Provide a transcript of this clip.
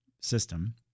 system